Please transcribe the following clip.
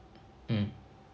mm